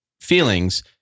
feelings